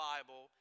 Bible